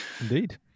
Indeed